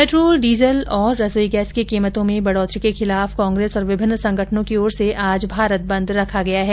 petrol diesel और रसोई gas की कीमतों में बढोतरी के खिलाफ कांग्रेस और विभिन्न संगठनों की ओर से आज भारत बंद रखा गया है